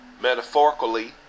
Metaphorically